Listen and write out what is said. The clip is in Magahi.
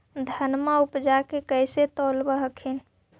धनमा उपजाके कैसे तौलब हखिन?